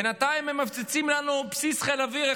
בינתיים הם מפציצים לנו בסיס חיל האוויר,